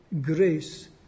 grace